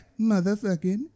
motherfucking